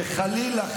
שחלילה,